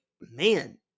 man